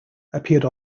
appeared